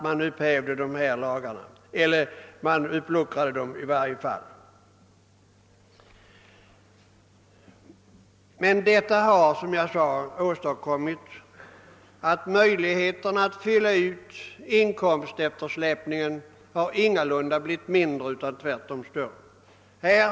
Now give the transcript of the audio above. Men i själva verket har möjligheterna att fylla ut inkomsteftersläpningen ingalunda blivit större, utan tvärtom mindre.